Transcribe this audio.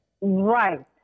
Right